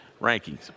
rankings